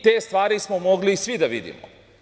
Te stvari smo mogli svi da vidimo.